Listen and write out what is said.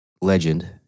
legend